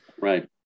right